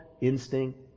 instinct